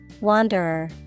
Wanderer